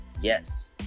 yes